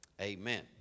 Amen